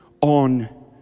on